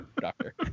doctor